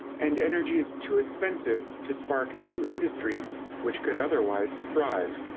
and energy is too expensive to spark new industry which could otherwise thrive.